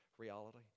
reality